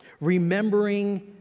remembering